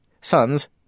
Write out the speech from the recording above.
Sons